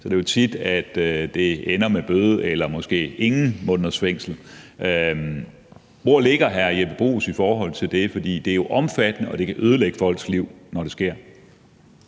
er det tit, at det ender med bøde eller måske ingen måneders fængsel. Hvor ligger hr. Jeppe Bruus i forhold til det, for det er jo omfattende, og det kan ødelægge folks liv, når det sker?